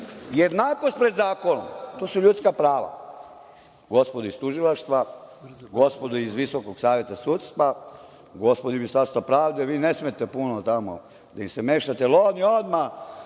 jednakost pred zakonom, to su ljudska prava, gospodo iz tužilaštva, gospodo iz Visokog saveta sudstva, gospodo iz Ministarstva pravde, vi ne smete puno tamo da im se mešate, jer oni odmah